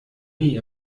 nie